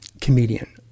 comedian